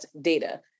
data